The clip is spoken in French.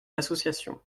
l’association